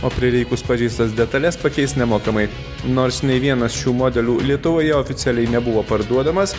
o prireikus pažeistas detales pakeis nemokamai nors nei vienas šių modelių lietuvoje oficialiai nebuvo parduodamas